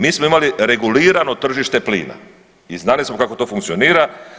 Mi smo imali regulirano tržište plina i znali smo kako to funkcionira.